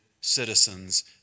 citizens